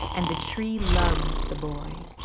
and the tree loves the boy.